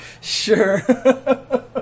Sure